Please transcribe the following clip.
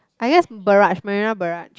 I guess barrage Marina-Barrage